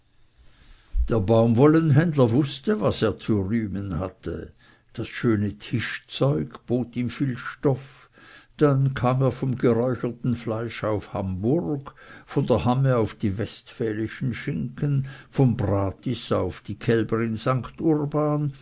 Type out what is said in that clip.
der baumwollenhändler wußte was er zu rühmen hatte das schöne tischzeug bot ihm viel stoff dann kam er vom geräucherten fleisch auf hamburg von der hamme auf die westfälischen schinken vom bratis auf die kälber in st